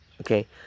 Okay